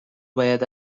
باید